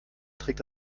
trägt